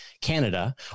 Canada